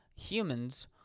Humans